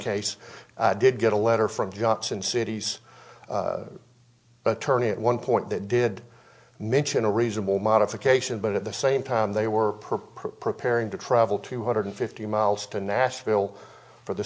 case did get a letter from johnson cities but turning at one point they did mention a reasonable modification but at the same time they were preparing to travel two hundred fifty miles to nashville for the